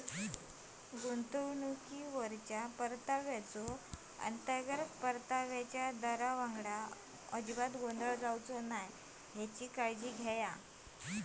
गुंतवणुकीवरल्या परताव्याचो, अंतर्गत परताव्याच्या दरावांगडा गोंधळ जावचो नाय हेची काळजी घेवा